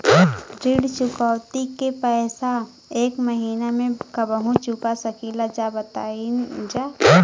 ऋण चुकौती के पैसा एक महिना मे कबहू चुका सकीला जा बताईन जा?